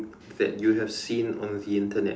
that you have seen on the Internet